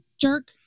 jerk